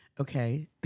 Okay